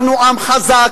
אנחנו עם חזק.